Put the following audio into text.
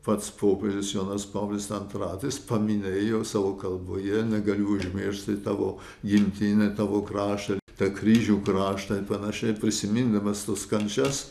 pats popiežius jonas paulius antrasis paminėjo savo kalboje negaliu užmiršti tavo gimtine tavo kraštą tą kryžių kraštą ir panašiai prisimindamas tas kančias